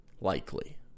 likely